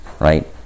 right